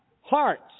Hearts